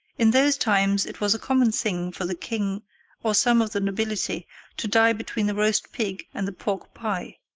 in those times it was a common thing for the king or some of the nobility to die between the roast pig and the pork pie.